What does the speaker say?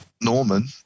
Norman